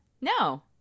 No